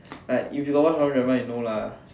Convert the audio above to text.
like if you got watch Korean drama you know lah